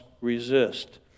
resist